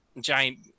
Giant